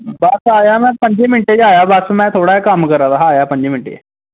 बस आया में पंज्जें मिन्टें च आया में बापस में थोह्ड़ा जा कम्म करा दा हा आया में पंज्जें मिन्टें च